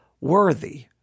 worthy